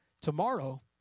Tomorrow